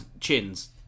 chins